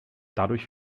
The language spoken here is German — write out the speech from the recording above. dadurch